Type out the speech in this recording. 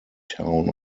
town